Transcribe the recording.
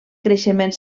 creixement